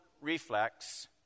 reflex